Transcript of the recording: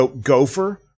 Gopher